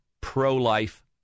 pro-life